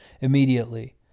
immediately